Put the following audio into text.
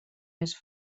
més